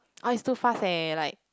oh it's too fast eh like